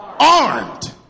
armed